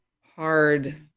hard